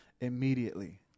immediately